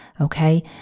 Okay